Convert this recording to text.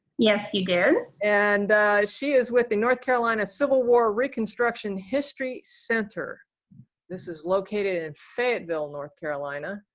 yes, she did and she is with the north carolina civil war reconstruction history center this is located in fayetteville, north carolina,